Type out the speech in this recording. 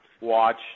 Watch